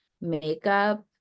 makeup